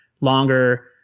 longer